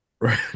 Right